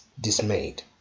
dismayed